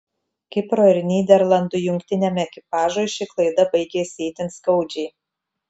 kipro ir nyderlandų jungtiniam ekipažui ši klaida baigėsi itin skaudžiai